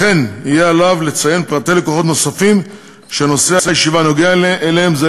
כמו כן יהיה עליו לציין פרטי לקוחות נוספים שנושא הישיבה נוגע אליהם.